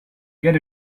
get